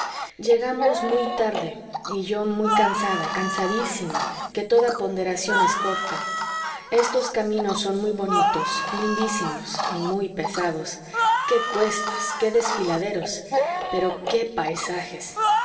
llegamos muy tarde y yo muy cansada cansadísima que toda ponderación es corta estos caminos son muy bonitos lindísimos y muy pesados qué cuestas qué desfiladeros pero qué paisajes